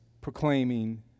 proclaiming